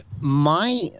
My-